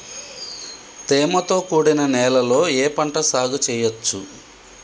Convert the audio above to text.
తేమతో కూడిన నేలలో ఏ పంట సాగు చేయచ్చు?